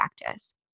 practice